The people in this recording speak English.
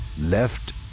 left